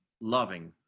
loving